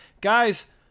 Guys